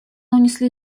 унесли